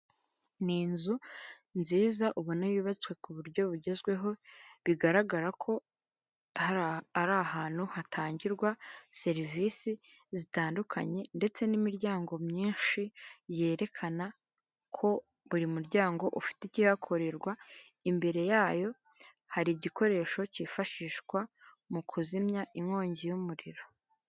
Ni inzu nziza ubona yubatswe ku buryo bugezweho bigaragara ko ari ahantu hatangirwa serivisi zitandukanye ndetse n'imiryango myinshi yerekana ko buri muryango ufite ikihakorerwa, imbere yayo hari igikoresho cyifashishwa mu kuzimya inkongi y'umuriro.